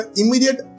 immediate